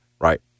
right